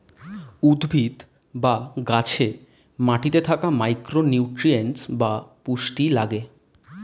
উদ্ভিদ বা গাছে মাটিতে থাকা মাইক্রো নিউট্রিয়েন্টস বা পুষ্টি লাগে